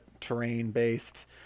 terrain-based